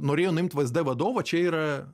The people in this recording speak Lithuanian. norėjo nuimti vzd vadovą čia yra